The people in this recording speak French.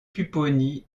pupponi